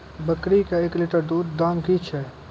बकरी के एक लिटर दूध दाम कि छ?